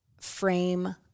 frame